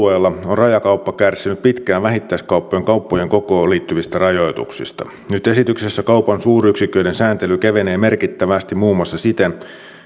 rajakauppa kärsinyt pitkään vähittäiskauppojen kauppakokoon liittyvistä rajoituksista nyt esityksessä kaupan suuryksiköiden sääntely kevenee merkittävästi muun muassa siten